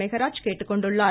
மெகராஜ் கேட்டுக்கொண்டுள்ளார்